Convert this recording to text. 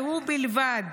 והוא בלבד,